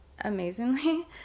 amazingly